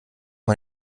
man